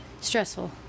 stressful